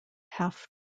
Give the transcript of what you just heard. half